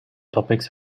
topics